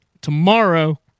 Tomorrow